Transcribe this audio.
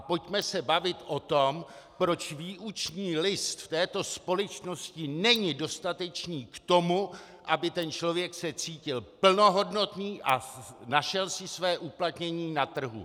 Pojďme se bavit o tom, proč výuční list v této společnosti není dostatečný k tomu, aby se člověk cítil plnohodnotný a našel si své uplatnění na trhu.